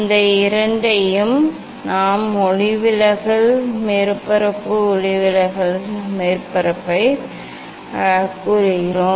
இந்த இரண்டையும் நாம் ஒளிவிலகல் மேற்பரப்பு ஒளிவிலகல் மேற்பரப்பைக் கூறுகிறோம்